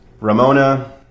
Ramona